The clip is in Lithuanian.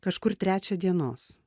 kažkur trečią dienos